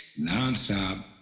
nonstop